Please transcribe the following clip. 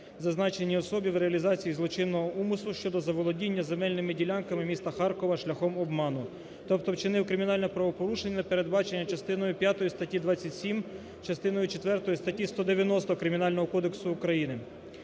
зазначеній особі в реалізації злочинного умислу щодо заволодіння земельними ділянками міста Харкова шляхом обману, тобто вчинив кримінальне правопорушення, передбачене частиною п'ятою статті 27, частиною четвертою статті 190 Кримінального кодексу України.